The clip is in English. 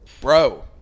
bro